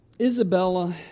Isabella